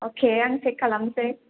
अके आं सेक खालामसै